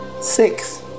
Six